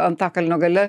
antakalnio gale